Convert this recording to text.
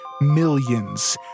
millions